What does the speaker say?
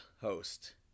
host